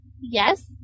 Yes